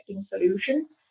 solutions